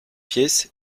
pièce